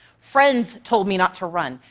friends told me not to run.